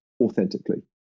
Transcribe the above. authentically